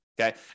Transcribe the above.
Okay